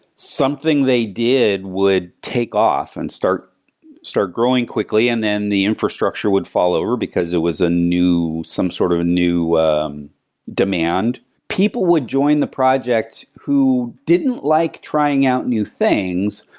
something they did would take off and start start growing quickly, and then the infrastructure would fall over because it was a new some sort of new demand. people would join the project who didn't like trying out new things,